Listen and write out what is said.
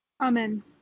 Amen